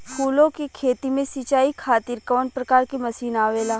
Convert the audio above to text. फूलो के खेती में सीचाई खातीर कवन प्रकार के मशीन आवेला?